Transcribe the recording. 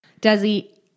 Desi